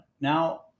Now